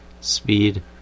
speed